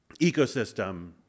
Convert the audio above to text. ecosystem